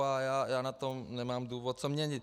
A já na tom nemám důvod co měnit.